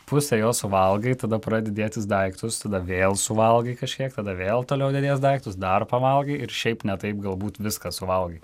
pusę jo suvalgai tada pradedi dėtis daiktus tada vėl suvalgai kažkiek tada vėl toliau dedies daiktus dar pavalgai ir šiaip ne taip galbūt viską suvalgai